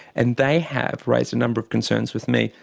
and they have raised a number of concerns with me,